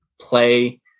play